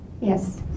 Yes